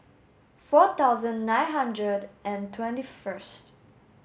four thousand nine hundred and twenty first